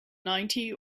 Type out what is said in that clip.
ninety